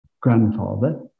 grandfather